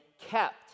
kept